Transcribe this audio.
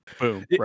Boom